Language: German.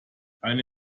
eine